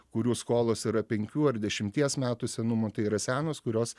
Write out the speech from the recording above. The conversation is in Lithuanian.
kurių skolos yra penkių ar dešimties metų senumo tai yra senos kurios